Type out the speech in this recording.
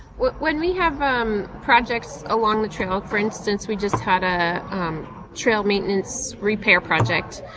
when we have um projects along the trail for instance, we just had a um trail maintenance repair project,